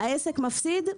הוא מפסיד,